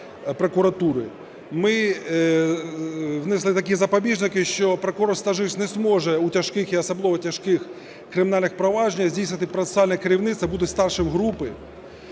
Ми внесли такі запобіжники, що прокурор-стажист не зможе у тяжких і особливо тяжких кримінальних провадженнях здійснювати процесуальне керівництво, бути старшим групи,